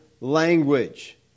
language